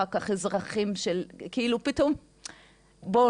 אחר כך אזרחים של אוקראינה --- בואו